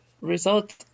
result